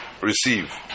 receive